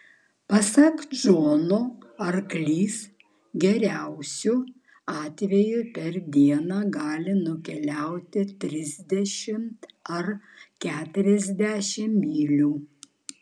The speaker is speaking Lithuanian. pasak džono arklys geriausiu atveju per dieną gali nukeliauti trisdešimt ar keturiasdešimt mylių